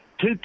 two